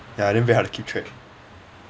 ya then very hard to keep track